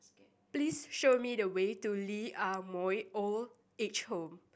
please show me the way to Lee Ah Mooi Old Age Home